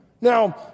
Now